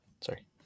sorry